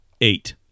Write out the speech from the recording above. eight